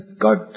God